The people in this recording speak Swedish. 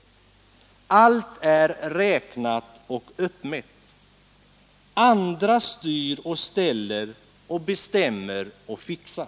Allt är räknat och uppmätt. Andra styr och ställer och bestämmer och fixar.